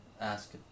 Ask